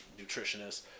nutritionist